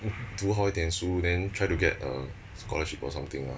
读好一点书 then try to get a scholarship or something lah